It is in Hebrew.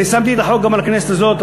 אני שמתי את החוק גם בכנסת הזאת,